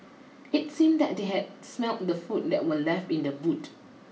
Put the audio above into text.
it seemed that they had smelt the food that were left in the boot